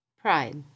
Pride